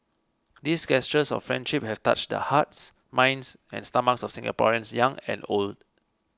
these gestures of friendship have touched the hearts minds and stomachs of Singaporeans young and old